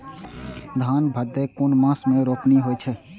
धान भदेय कुन मास में रोपनी होय छै?